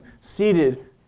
seated